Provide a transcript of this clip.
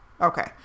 Okay